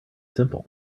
simple